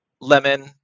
lemon